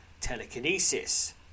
Telekinesis